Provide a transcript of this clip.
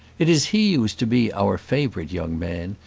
it is he who is to be our favourite young man,